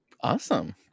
awesome